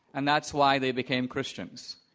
and that's why they became christians.